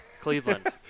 Cleveland